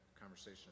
conversation